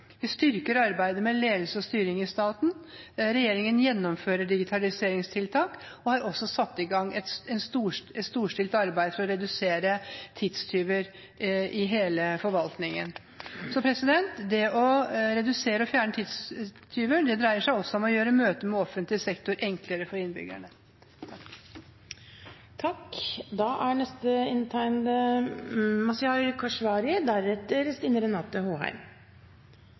Vi styrker arbeidet med ledelse og styring i staten. Regjeringen gjennomfører digitaliseringstiltak og har også satt i gang et storstilt arbeid for å redusere tidstyver i hele forvaltningen. Det å redusere og fjerne tidstyver dreier seg også om å gjøre møtet med offentlig sektor enklere for innbyggerne. En god kommuneøkonomi er